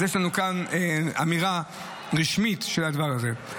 אז יש לנו כאן אמירה רשמית של הדבר הזה.